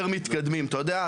אתה יודע,